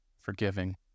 forgiving